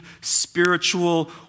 spiritual